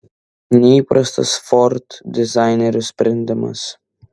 neįprastas ford dizainerių sprendimas